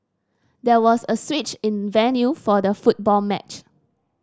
there was a switch in venue for the football match